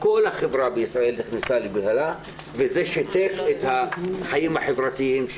כל החברה בישראל נכנסה לבהלה וזה שיתק את החיים החברתיים,